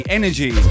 energy